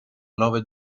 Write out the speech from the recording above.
nove